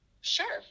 Sure